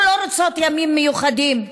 אנחנו לא רוצות ימים מיוחדים,